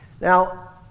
Now